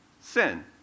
sin